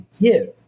give